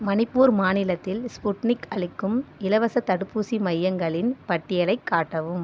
மணிப்பூர் மாநிலத்தில் ஸ்புட்னிக் அளிக்கும் இலவசத் தடுப்பூசி மையங்களின் பட்டியலைக் காட்டவும்